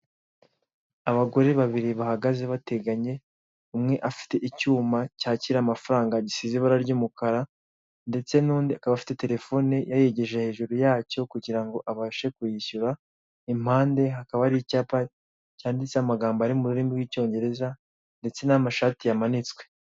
Abagore babiri bahagaze bateganye umwe afite icyuma cyakira gisize ibara ry'umukara ndetse n'undi akaba afite terefone yayeje hejuru yacyo kugira ngo abashe kwishyura, impande hakaba hari icyapa cyanditseho amagambo ari mu rurimi rw'icyongereza ndetse n'amashati yamanitswe.